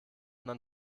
man